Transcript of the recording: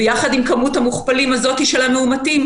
ויחד עם כמות המוכפלים הזאת של המאומתים,